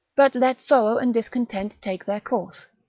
but let sorrow and discontent take their course,